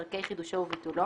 דרכי חידושו וביטולו,